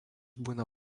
būna